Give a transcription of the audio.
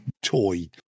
toy